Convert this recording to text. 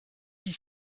pie